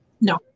no